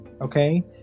okay